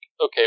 okay